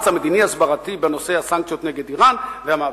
המדיני ההסברתי בנושא הסנקציות נגד אירן והמאבק.